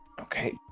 Okay